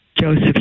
Joseph